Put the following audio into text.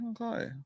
Okay